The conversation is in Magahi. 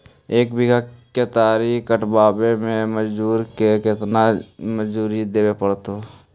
एक बिघा केतारी कटबाबे में मजुर के केतना मजुरि देबे पड़तै?